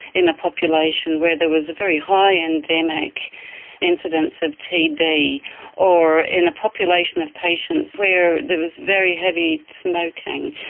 in a population where there was a very high endemic incidence of tb or in a population of patients where there was very heavy smoking,